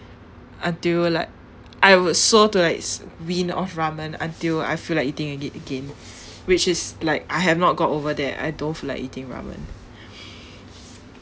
until like I would swore to like s~ wean off ramen until I feel like eating it again which is like I have not got over that I don't feel like eating ramen